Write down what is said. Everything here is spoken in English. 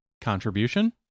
contribution